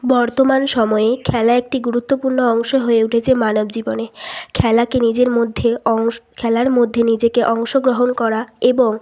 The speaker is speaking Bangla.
বর্তমান সময়ে খেলা একটি গুরুত্বপূর্ণ অংশ হয়ে উঠেছে মানবজীবনে খেলাকে নিজের মধ্যে অংশ খেলার মধ্যে নিজেকে অংশগ্রহণ করা এবং